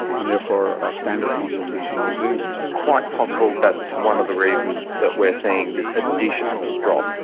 and therefore our standard consultation will do. quite possible that's one of the reasons that we're seeing this additional drop.